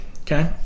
okay